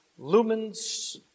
lumens